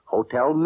Hotel